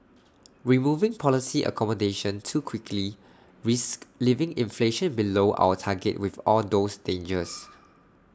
removing policy accommodation too quickly risks leaving inflation below our target with all those dangers